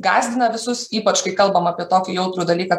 gąsdina visus ypač kai kalbam apie tokį jautrų dalyką